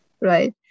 right